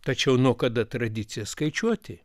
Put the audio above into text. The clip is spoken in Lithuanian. tačiau nuo kada tradiciją skaičiuoti